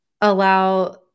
allow